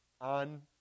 on